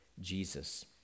Jesus